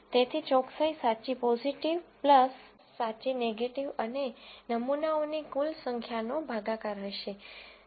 તેથી ચોકસાઈ સાચી પોઝીટિવ સાચી નેગેટીવ અને નમૂનાઓની કુલ સંખ્યા નો ભાગાકાર હશે